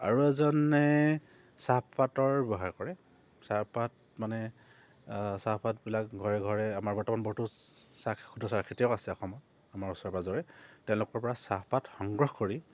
আৰু এজনে চাহপাতৰ ব্যৱহাৰ কৰে চাহপাত মানে চাহপাতবিলাক ঘৰে ঘৰে আমাৰ বৰ্তমান বহুতো চাহ চাহ খেতিয়ক আছে অসমত আমাৰ ওচৰে পাঁজৰে তেওঁলোকৰপৰা চাহপাত সংগ্ৰহ কৰি